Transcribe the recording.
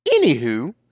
Anywho